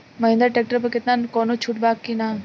Mahindra tractor पर केतना कौनो छूट बा कि ना?